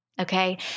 Okay